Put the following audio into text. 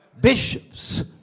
bishops